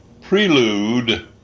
prelude